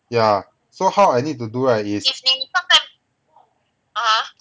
yeah so how I need to do right is